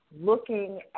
looking